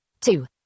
two